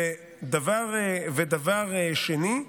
דבר שני,